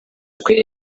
kuri